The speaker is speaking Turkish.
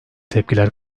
tepkiler